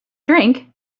drink